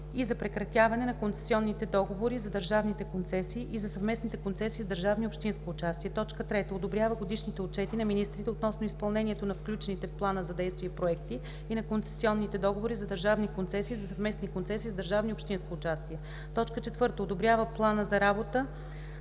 и за прекратяване на концесионните договори за държавните концесии и за съвместните концесии с държавно и общинско участие; 3. одобрява годишни отчети на министрите относно изпълнението на включените в плана за действие проекти и на концесионните договори за държавни концесии и за съвместни концесии с държавно и общинско участие; 4. одобрява плана за работа